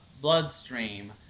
bloodstream